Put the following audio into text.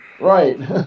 right